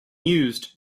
used